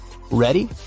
ready